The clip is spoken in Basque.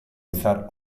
izar